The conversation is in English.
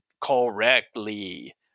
correctly